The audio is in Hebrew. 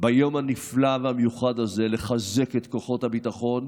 ביום המיוחד והנפלא הזה ומחזק את כוחות הביטחון,